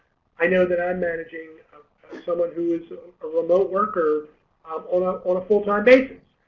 i know that i'm managing someone who is a remote worker um on ah on a full-time basis.